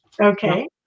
Okay